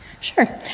Sure